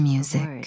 Music